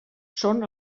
són